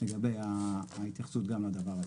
לגבי ההתייחסות גם לדבר הזה.